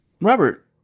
Robert